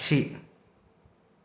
పక్షి